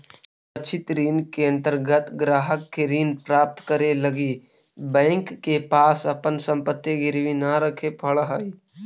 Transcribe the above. असुरक्षित ऋण के अंतर्गत ग्राहक के ऋण प्राप्त करे लगी बैंक के पास अपन संपत्ति गिरवी न रखे पड़ऽ हइ